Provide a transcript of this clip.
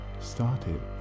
started